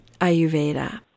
Ayurveda